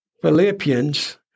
Philippians